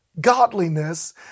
godliness